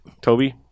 Toby